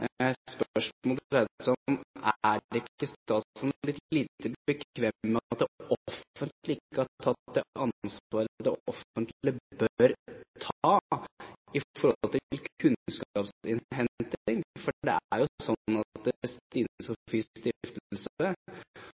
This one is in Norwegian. Jeg vet jo at statsråden er en løsningsorientert mann. Spørsmålet dreide seg om: Er ikke statsråden litt lite bekvem med at det offentlige ikke har tatt det ansvaret det offentlige bør ta for kunnskapsinnhenting? For det er jo slik at